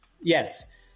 Yes